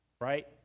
right